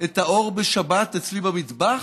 את האור בשבת אצלי במטבח?